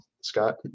Scott